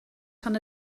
tan